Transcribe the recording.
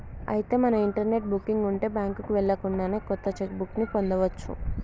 అయితే మనకు internet booking ఉంటే బ్యాంకుకు వెళ్ళకుండానే కొత్త చెక్ బుక్ ని పొందవచ్చు